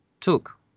took